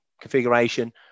configuration